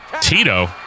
Tito